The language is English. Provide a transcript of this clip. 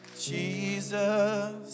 Jesus